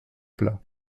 plat